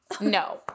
No